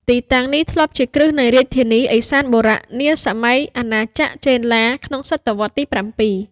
ទីតាំងនេះធ្លាប់ជាគ្រឹះនៃរាជធានី "ឦសានបុរៈ" នាសម័យអាណាចក្រចេនឡា ក្នុងសតវត្សរ៍ទី៧។